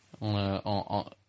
on